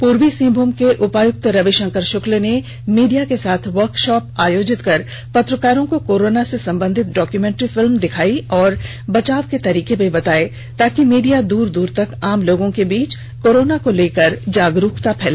पूर्वी सिंहभूम के उपायुक्त रविशंकर शुक्ला ने मीडिया के साथ वर्कशॉप आयोजित कर पत्रकारों को कोरोना से संबंधित डॉक्यूमेंट्री फिल्म दिखाया और बचाव के तरीके भी बताए ताकि मीडिया दूर दूर तक आम जनता के बीच कोरोना को लेकर जागरूकता फैलाए